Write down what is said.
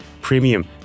premium